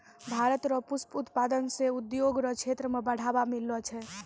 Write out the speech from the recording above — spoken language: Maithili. भारत रो पुष्प उत्पादन से उद्योग रो क्षेत्र मे बढ़ावा मिललो छै